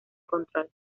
control